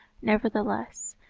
nevertheless,